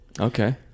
Okay